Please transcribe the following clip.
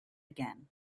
again